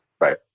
Right